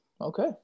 Okay